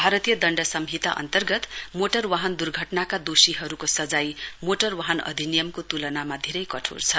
भारतीय दण्ड संहिता अन्तर्गत मोटर वाहन दुर्घटनाका दोषीहरुको सजय मोटर वाहन अधिनियम तुलनामा धेरै कठोर छ